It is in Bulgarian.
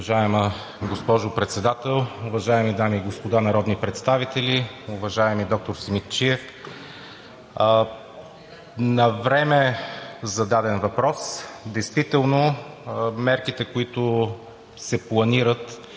Уважаема госпожо Председател, уважаеми дами и господа народни представители! Уважаеми доктор Симидчиев, навреме зададен въпрос. Действително мерките, които се планират